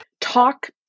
talk